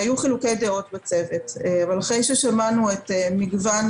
היו חילוקי דעות בצוות ואחרי שמענו את מגוון